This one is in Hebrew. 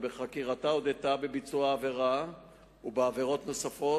ובחקירתה הודתה בביצוע העבירה ובעבירות נוספות.